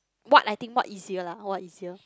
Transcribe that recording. what I think what easier lah what easier